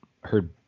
heard